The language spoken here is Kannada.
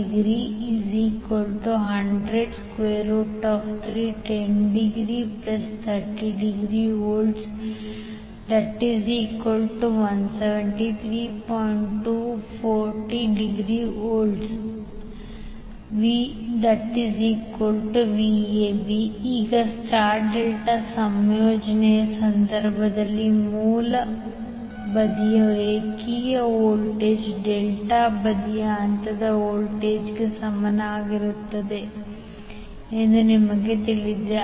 2∠40°VVAB ಈಗ ಸ್ಟಾರ್ ಡೆಲ್ಟಾ ಸಂಯೋಜನೆಯ ಸಂದರ್ಭದಲ್ಲಿ ಮೂಲ ಬದಿಯ ರೇಖೆಯ ವೋಲ್ಟೇಜ್ ಡೆಲ್ಟಾ ಬದಿಯಲ್ಲಿ ಹಂತದ ವೋಲ್ಟೇಜ್ಗೆ ಸಮಾನವಾಗಿರುತ್ತದೆ ಎಂದು ನಿಮಗೆ ತಿಳಿದಿದೆ